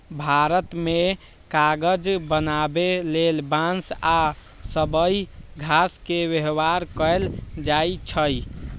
भारत मे कागज बनाबे लेल बांस आ सबइ घास के व्यवहार कएल जाइछइ